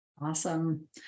Awesome